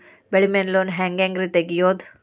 ಬೆಳಿ ಮ್ಯಾಲೆ ಲೋನ್ ಹ್ಯಾಂಗ್ ರಿ ತೆಗಿಯೋದ?